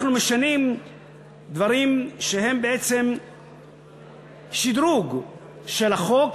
אנחנו משנים דברים שהם בעצם שדרוג של החוק,